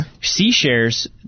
C-shares